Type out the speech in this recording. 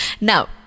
Now